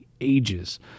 ages